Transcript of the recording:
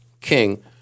king